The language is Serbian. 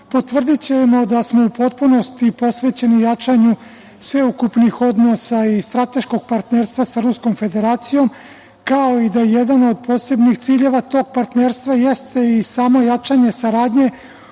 potvrdićemo da smo u potpunosti posvećeni jačanju sveukupnih odnosa i strateškog partnerstva sa Ruskom Federacijom, kao i da jedan od posebnih ciljeva tog partnerstva jeste i samo jačanje saradnje